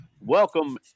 Welcome